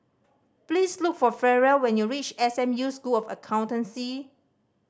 please look for Ferrell when you reach S M U School of Accountancy